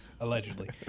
Allegedly